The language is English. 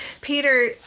Peter